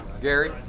Gary